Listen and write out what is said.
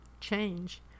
change